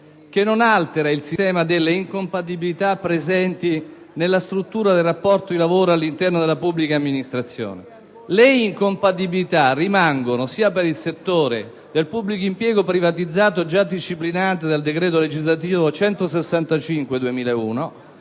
che non altera il sistema delle incompatibilità presenti nella struttura del rapporto di lavoro all'interno della pubblica amministrazione. Le incompatibilità rimangono per il settore del pubblico impiego privatizzato, già disciplinate dal decreto legislativo 30